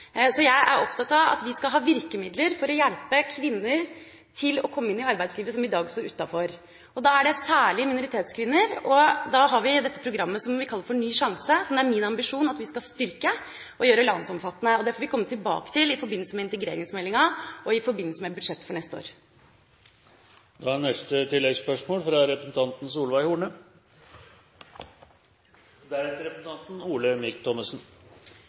Jeg er opptatt av at vi skal ha virkemidler for å hjelpe kvinner som i dag står utenfor, til å komme inn i arbeidslivet. Det gjelder særlig minoritetskvinner, og da har vi dette programmet som vi kaller Ny sjanse, som det er min ambisjon at vi skal styrke og gjøre landsomfattende. Det får vi komme tilbake til i forbindelse med integreringsmeldinga og i forbindelse med budsjettet for neste